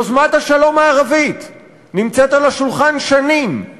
יוזמת השלום הערבית נמצאת על השולחן שנים,